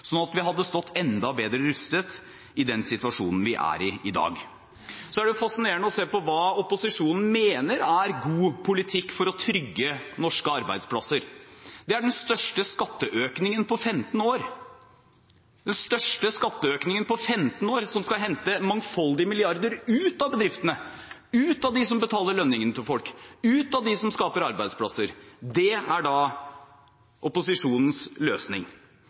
at vi hadde stått enda bedre rustet i den situasjonen vi er i i dag. Så er det fascinerende å se på hva opposisjonen mener er god politikk for å trygge norske arbeidsplasser: Det er den største skatteøkningen på 15 år – den største skatteøkningen på 15 år, som skal hente mangfoldige milliarder ut av bedriftene, fra dem som skal betale lønningene til folk, fra dem som skaper arbeidsplasser. Det er opposisjonens løsning.